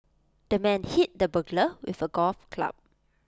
the man hit the burglar with A golf club